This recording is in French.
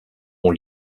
ont